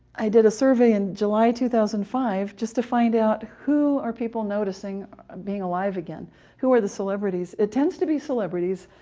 i did a survey in july two thousand and five just to find out who are people noticing being alive again who are the celebrities. it tends to be celebrities,